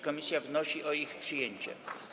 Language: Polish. Komisja wnosi o ich przyjęcie.